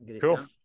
Cool